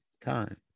time